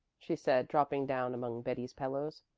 she said, dropping down among betty's pillows.